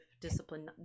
discipline